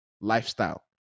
lifestyle